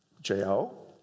J-O